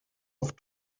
auf